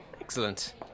Excellent